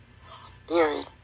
spirit